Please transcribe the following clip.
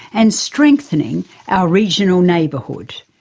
and strengthening our regional neighbourhood.